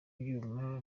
byuma